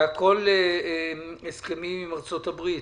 אלה הכול הסכמים עם ארצות הברית.